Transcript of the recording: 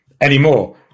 anymore